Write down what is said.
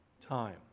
Time